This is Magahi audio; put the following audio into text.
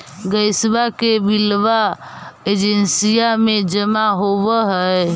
गैसवा के बिलवा एजेंसिया मे जमा होव है?